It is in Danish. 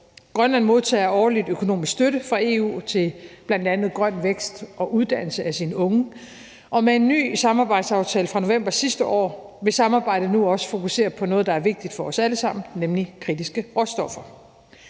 Grønland modtager årligt økonomisk støtte fra EU til bl.a. grøn vækst og uddannelse af sine unge, og med en ny samarbejdsaftale fra november sidste år vil samarbejdet nu også fokusere på noget, der er vigtigt for at os alle sammen, nemlig kritiske råstoffer.